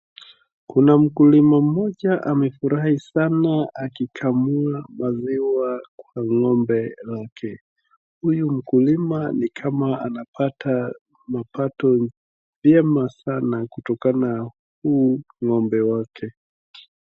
Kuna mkulima mmoja amefurahi sana akikamua maziwa kwa ng'ombe wake huyu mkulima ni kama anapata mapato vyema sana kutokana huu ng'ombe wake.